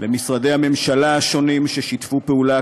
למשרדי המשלה ששיתפו פעולה,